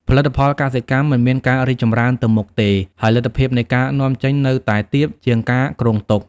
ផលិតផលកសិកម្មមិនមានការរីកចម្រើនទៅមុខទេ ហើយលទ្ធភាពនៃការនាំចេញនៅតែទាបជាងការគ្រោងទុក។